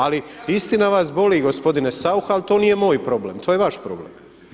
Ali istina vas boli gospodine Saucha ali to nije moj problem, to je vaš problem.